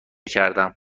کردم